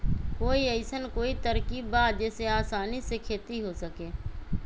कोई अइसन कोई तरकीब बा जेसे आसानी से खेती हो सके?